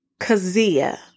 Kazia